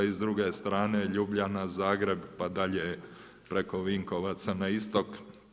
I s druge strane Ljubljana – Zagreb pa dalje preko Vinkovaca na istok.